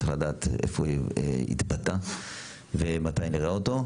צריך לדעת איפה התבטא ומתי נראה אותו?